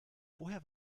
woher